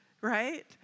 right